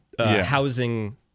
housing